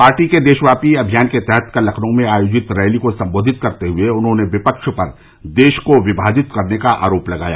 party के देशव्यापी अभियान के तहत कल लखनऊ में आयोजित रैली को संबोधित करते हुए उन्होंने विपक्ष पर देश को विमाजित करने का आरोप लगाया